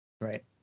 Right